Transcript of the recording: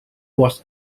was